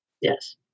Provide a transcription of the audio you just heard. Yes